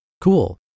Cool